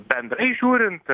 bendrai žiūrint